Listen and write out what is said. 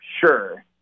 Sure